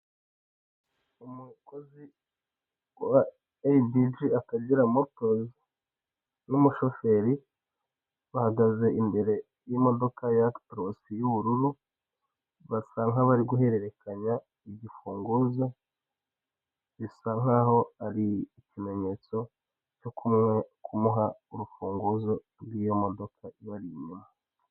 Umukozi ukora akagera eyi bi ji Akagaera motozi, n'umushoferi, bahagaze imbere y'imodoka ya agitorosi y'ubururu, basa nk'abari guhererekanya igifunguzo, bisa nk'aho ari ikimenyetso cyo kumuha urufunguzo rw'iyo modoka ibari inyuma.